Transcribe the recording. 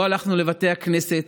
לא הלכנו לבתי הכנסת,